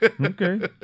Okay